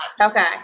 Okay